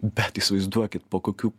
bet įsivaizduokit po kokių